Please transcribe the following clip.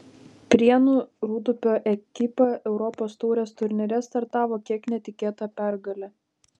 prienų rūdupio ekipa europos taurės turnyre startavo kiek netikėta pergale